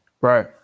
Right